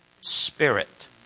spirit